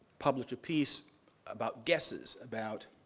published a piece about guesses about